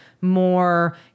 more